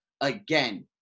again